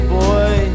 boy